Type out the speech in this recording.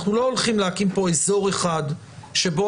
אנחנו לא הולכים להקים פה אזור אחד שבו